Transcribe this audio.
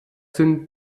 sind